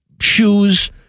shoes